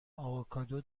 آووکادو